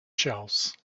shells